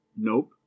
Nope